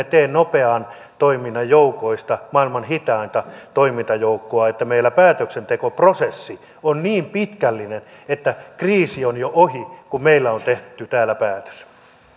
tee nopean toiminnan joukoista maailman hitainta toimintajoukkoa siksi että meillä päätöksentekoprosessi on niin pitkällinen että kriisi on jo ohi kun meillä on tehty täällä päätös otetaan